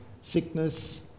sickness